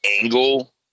angle